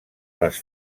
les